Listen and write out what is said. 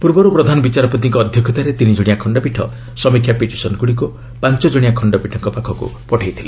ପୂର୍ବରୁ ପ୍ରଧାନ ବିଚାରପତିଙ୍କ ଅଧ୍ୟକ୍ଷତାରେ ତିନିଜଣିଆ ଖଣ୍ଡପୀଠ ସମୀକ୍ଷା ପିଟିସନ୍ଗୁଡ଼ିକୁ ପାଞ୍ଚ ଜଣିଆ ଖଣ୍ଡପୀଠଙ୍କ ପାଖକୁ ପଠାଇଥିଲେ